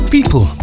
People